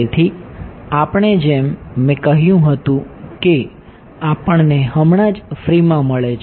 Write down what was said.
તેથી આપણે જેમ મેં કહ્યું હતું કે આપણને હમણાં જ ફ્રીમાં મળે છે